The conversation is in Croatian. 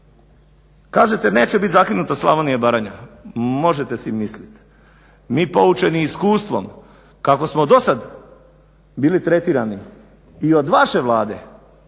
Kažete neće biti zakinuta Slavonija i Baranja, možete si mislit. Mi poučeni iskustvom kako smo dosad bili tretirani i od vaše Vlade,